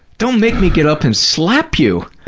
don't make me get up and slap you,